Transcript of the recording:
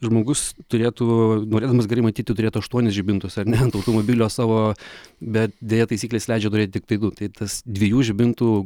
žmogus turėtų norėdamas geriau matyti turėtų aštuonis žibintus ar ne ant automobilio savo bet deja taisyklės leidžia turėti tiktai du tai tas dviejų žibintų